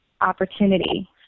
opportunity